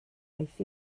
aeth